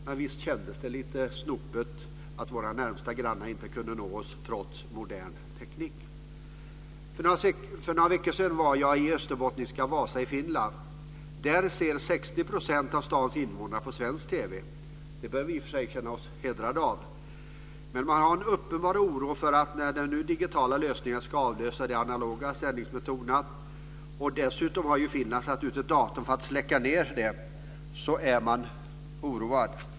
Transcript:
Men visst kändes det lite snopet att våra närmaste grannar inte kunde nå oss trots modern teknik. För några veckor sedan var jag i österbottniska Vasa i Finland. Där ser 60 % av stadens invånare på svensk TV. Det bör vi i och för sig känna oss hedrade av. Men när nu digitala lösningar ska avlösa de analoga sändningsmetoderna och när Finland dessutom satt ut ett datum för att släcka ned den var man uppenbart oroad.